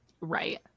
Right